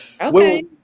Okay